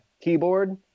keyboard